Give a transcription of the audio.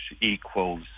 equals